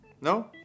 No